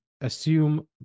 assume